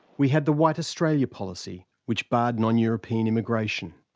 we had the white australia policy, which barred non-european immigration.